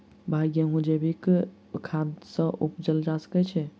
भाई गेंहूँ जैविक खाद सँ उपजाल जा सकै छैय?